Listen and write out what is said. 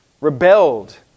rebelled